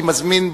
אני מזמין,